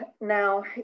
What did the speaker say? Now